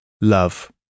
love